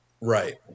Right